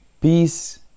Peace